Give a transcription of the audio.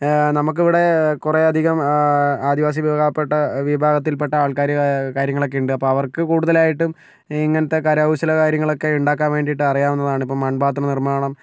നമുക്ക് ഇവിടെ കുറെ അധികം ആദിവാസി വിഭാഗപെട്ട വിഭാഗത്തിൽപ്പെട്ട ആൾക്കാർ കാര്യങ്ങൾ ഒക്കെ ഉണ്ട് അപ്പോൾ അവർക്ക് കൂടുതലായിട്ടും ഇങ്ങനത്തെ കരകൗശല കാര്യങ്ങളൊക്കെ ഉണ്ടാക്കാൻ വേണ്ടിയിട്ട് അറിയാവുന്നതാണ് ഇപ്പം മൺ പാത്ര നിർമ്മാണം